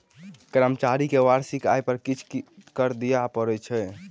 कर्मचारी के वार्षिक आय पर किछ कर दिअ पड़ैत अछि